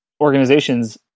organizations